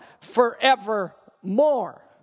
forevermore